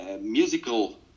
musical